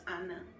anna